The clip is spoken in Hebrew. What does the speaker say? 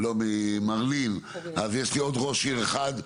שאבקש ממרלין אז יש לי עוד ראש עיר אחד,